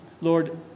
Lord